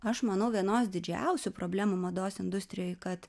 aš manau vienos didžiausių problemų mados industrijoj kad